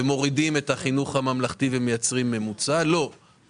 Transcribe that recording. ומורידים את החינוך הממלכתי ומייצרים ממוצע, אנחנו